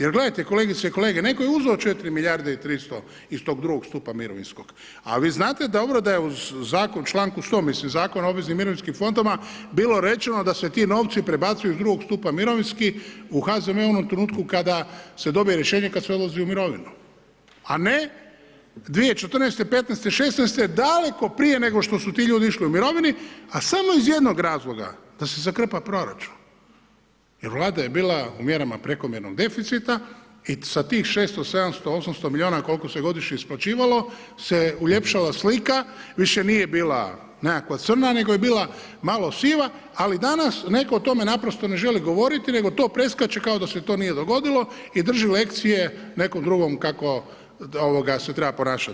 Jer gledajte kolegice i kolege, netko je uzeo 4 milijarde i 300 iz tog II. stupa mirovinskog a vi znate dobro da je uz zakon u članku 100., mislim Zakon o obveznim mirovinskim fondovima bilo rečeno da se ti novci prebacuju iz II. stupa mirovinski u HZMO u ovom trenutku kada se dobije rješenje, kad svi odlaze u mirovinu a ne 2014., 2015., 2016. daleko prije nego što su ti ljudi išli u mirovinu a samo iz jednog razloga, da se zakrpa proračun jer vladaj e bila u mjerama prekomjernog deficita i sa tih 600, 700, 800 milijuna koliko se godišnje isplaćivalo se uljepšala slika, više nije bila nekakva crna nego je bila malo siva ali danas netko o tome naprosto ne želi govoriti nego to preskače kao da se to nije dogodilo i drži lekcije nekom drugom kako se treba ponašati.